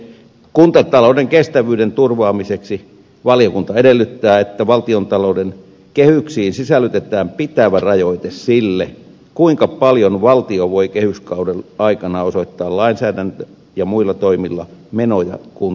kuntatalouden kestävyyden turvaamiseksi valiokunta edellyttää että valtiontalouden kehyksiin sisällytetään pitävä rajoite sille kuinka paljon valtio voi kehyskauden aikana osoittaa lainsäädäntö ja muilla toimilla menoja kuntasektorille